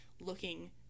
looking